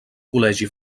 col·legi